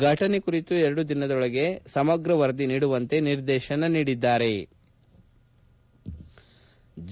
ಘಟನೆ ಕುರಿತು ಎರಡು ದಿನಗಳೊಳಗೆ ಸಮಗ್ರ ವರದಿ ನೀಡುವಂತೆ ನಿರ್ದೇಶಿಸಿದ್ಗಾರೆ